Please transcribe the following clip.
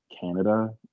Canada